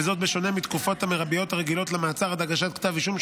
וזאת בשונה מהתקופות המרביות הרגילות למעצר עד הגשת כתב אישום,